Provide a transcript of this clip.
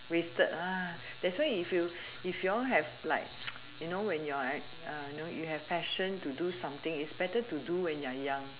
wasted ah that's why if you if you all have like you know when you're at you know when you have passion to do something it's better to do when you're young